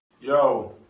Yo